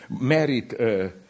married